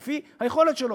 לפי היכולת שלו,